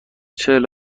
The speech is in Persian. چهل